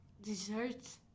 Desserts